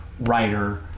writer